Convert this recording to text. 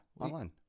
Online